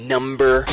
Number